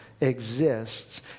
exists